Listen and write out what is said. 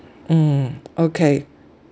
mm okay